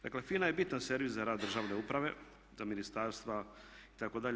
Dakle, FINA je bitan servis za rad državne uprave, za ministarstva itd.